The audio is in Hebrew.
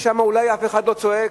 מפני ששם אולי אף אחד לא צועק.